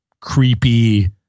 creepy